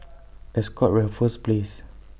Ascott Raffles Place